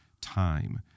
time